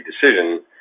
decision